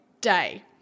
day